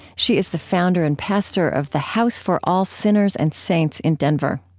she is the founder and pastor of the house for all sinners and saints in denver.